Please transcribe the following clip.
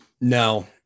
No